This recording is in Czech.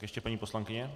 Ještě paní poslankyně.